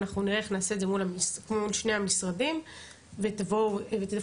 אנחנו נראה איך נעשה את זה אל מול שני המשרדים ותבואו ותדווחו.